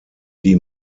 die